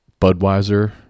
Budweiser